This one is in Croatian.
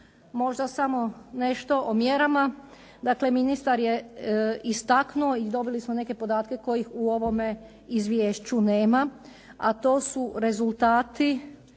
možda samo nešto o mjerama. Dakle, ministar je istaknuo i dobili smo neke podatke kojih u ovome izvješću nema, a to su rezultati